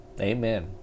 Amen